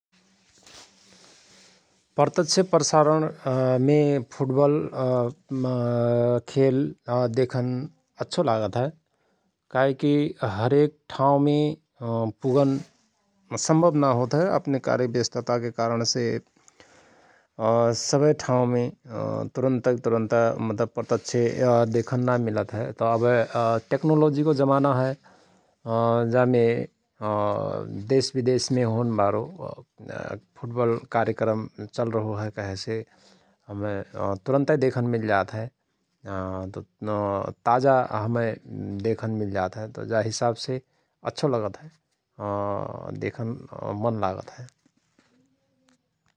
प्रतक्ष प्रसारण मे फुटवल खेल देखन अच्छो लागत हय । काहे कि हरेक ठाउँमे पुगन सम्भव ना होत हय अपने कार्य व्यस्तताके कारण से अ सवय ठाउंमे तुरन्तयक तुरुन्ता मतलव प्रतक्ष देखन ना मिलत हय । तओ अभए टेक्नोलोजिको जमाना हय जामे देस विदेस मे होन बारो फुटवल कार्यक्रम चल्रहो हय कहेसे हमय तुरन्तय देखन मिल्जात हय । ताजा हमय देखन मिल्जात हय त जा हिसाव से अच्छो लगत हय देखन मन लागत हय ।